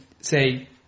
say